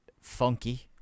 funky